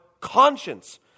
conscience